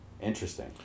Interesting